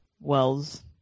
Wells